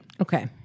Okay